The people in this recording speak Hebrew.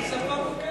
זאת שפה מוכרת.